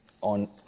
on